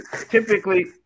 typically